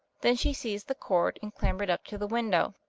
then she seized the cord and clambered up to the window.